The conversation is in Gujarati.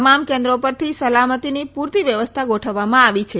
તમામ કેન્દ્રો પર સલામતીની પૂરતી વ્યવસ્થા ગોઠવવામાં આવી છે